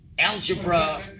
Algebra